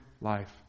life